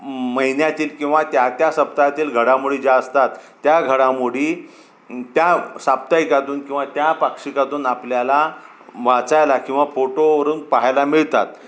मयन्यातील किंवा त्या त्या सप्ताहातील घडामोडी ज्या असतात त्या घडामोडी त्या साप्ताहिकातून किंवा त्या पाक्षिकातून आपल्याला वाचायला किंवा फोटोवरून पाहायला मिळतात